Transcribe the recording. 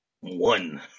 one